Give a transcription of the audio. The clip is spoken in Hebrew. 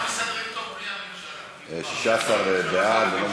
הגענו למסקנה ששר זה דבר לא